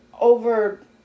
over